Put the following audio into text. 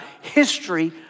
history